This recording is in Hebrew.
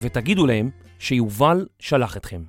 ותגידו להם שיובל שלח אתכם.